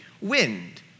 wind